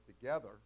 together